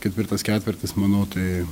ketvirtas ketvirtis manau tai